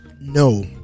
no